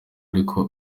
ariko